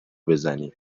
بزنی